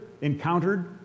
encountered